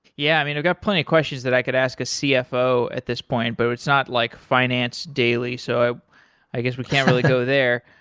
yeah. i you know got plenty of questions that i could ask a cfo at this point, but it's not like finance daily. so i guess we can't really go there.